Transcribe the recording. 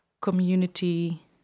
community